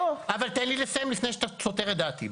תן לי לסיים לפני שאתה סותר את דעתי.